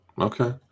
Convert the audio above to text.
Okay